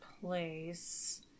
place